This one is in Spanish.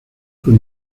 con